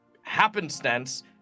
happenstance